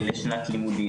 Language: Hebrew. לשנת לימודים.